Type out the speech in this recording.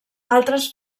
altres